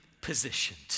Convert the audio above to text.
positioned